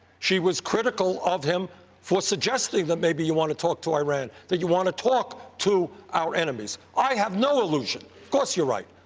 she was critical of him for suggesting that maybe you want to talk to iran, that you want to talk to our enemies. i have no illusion. of course you are right.